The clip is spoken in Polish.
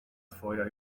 twoja